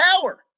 power